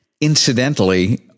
Incidentally